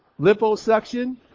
liposuction